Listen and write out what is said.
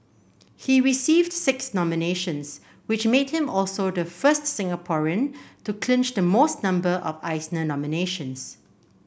he received six nominations which made him also the first Singaporean to clinch the most number of Eisner nominations